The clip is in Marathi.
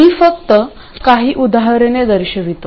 मी फक्त काही उदाहरणे दर्शवितो